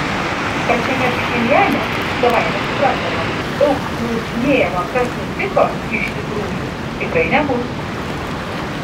pačiame pchenjane savaime suprantama daug klausinėjama kas nutiko iš tikrųjų tikrai nebus